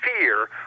fear